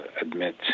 admit